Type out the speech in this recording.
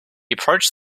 approached